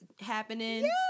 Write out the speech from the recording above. happening